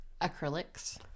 Acrylics